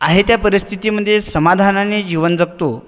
आहे त्या परिस्थितीमध्ये समाधानाने जीवन जगतो